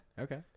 Okay